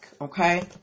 Okay